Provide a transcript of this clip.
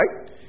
Right